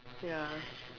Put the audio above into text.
ya